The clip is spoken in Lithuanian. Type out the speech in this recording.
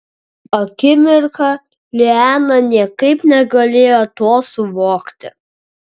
akimirką liana niekaip negalėjo to suvokti